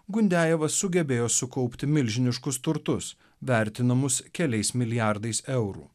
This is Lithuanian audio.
gundejevas sugebėjo sukaupti milžiniškus turtus vertinamus keliais milijardais eurų